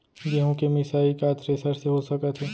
गेहूँ के मिसाई का थ्रेसर से हो सकत हे?